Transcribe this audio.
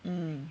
mm